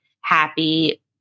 happy